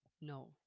No